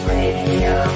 Radio